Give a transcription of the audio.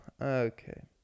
Okay